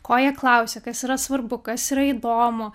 ko jie klausia kas yra svarbu kas yra įdomu